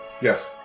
Yes